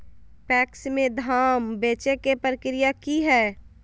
PACS में धाम बेचे के प्रक्रिया की हय?